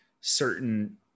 certain